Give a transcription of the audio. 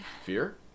Fear